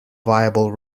viable